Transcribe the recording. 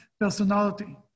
personality